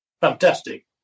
Fantastic